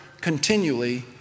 continually